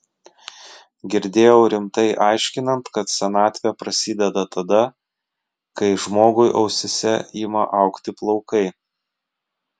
girdėjau rimtai aiškinant kad senatvė prasideda tada kai žmogui ausyse ima augti plaukai